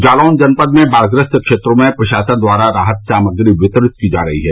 जालौन जनपद में बाढ़ ग्रस्त क्षेत्रों में प्रशासन द्वारा राहत सामग्री वितरित की जा रही है